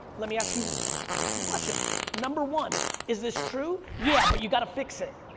let me ask you some questions. number one, is this true? yeah but you got to fix it.